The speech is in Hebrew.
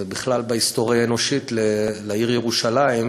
ובכלל בהיסטוריה האנושית, לעיר ירושלים,